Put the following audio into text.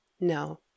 no